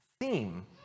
theme